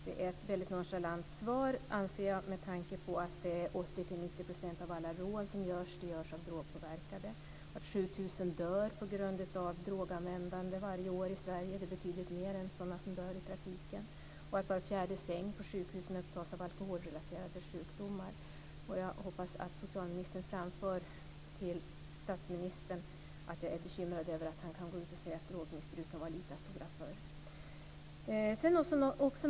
Det är ett nonchalant svar, med tanke på att 80-90 % av alla rån görs av drogpåverkade och att 7 000 dör varje år i Sverige på grund av droganvändande - det är betydligt fler än de som dör i trafiken. Dessutom upptas var fjärde säng på sjukhusen av patienter med alkoholrelaterade sjukdomar. Jag hoppas att socialministern framför till statsministern att jag är bekymrad över att han kan gå ut och säga att drogmissbruket var lika stort förr.